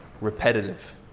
repetitive